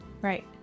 Right